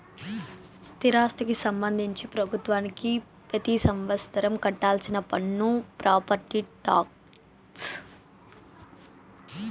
స్థిరాస్తికి సంబంధించి ప్రభుత్వానికి పెతి సంవత్సరం కట్టాల్సిన పన్ను ప్రాపర్టీ టాక్స్